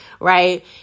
right